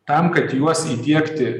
tam kad juos įdiegti